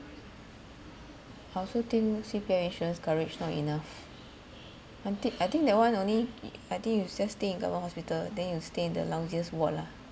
I also think C_P_F insurance coverage not enough unti~ I think that one only I think you just stay in government hospital then you'll stay in the lousiest ward lah